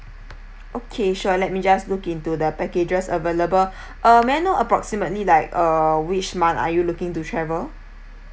okay sure let me just looked into the packages available um may I know approximately like uh which month are you looking to travel